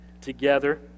together